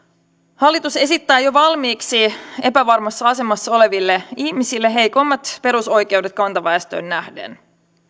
hallitus esittää jo valmiiksi epävarmassa asemassa oleville ihmisille heikompia perusoikeuksia kantaväestöön nähden